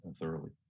thoroughly